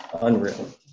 Unreal